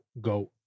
go